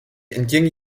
entging